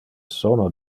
sono